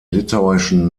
litauischen